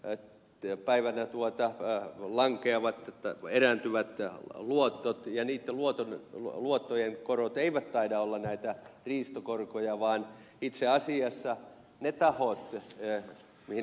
en työpäivänä tuo tähtää lankeavat että meidän hyvä työ on päivänä erääntyvien luottojen korot eivät taida olla näitä riistokorkoja vaan itse asiassa ne tahot mihin ed